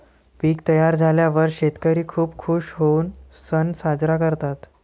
पीक तयार झाल्यावर शेतकरी खूप खूश होऊन सण साजरा करतात